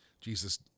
Jesus